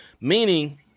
meaning